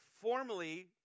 formally